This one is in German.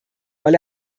weil